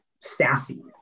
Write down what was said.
sassy